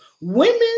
Women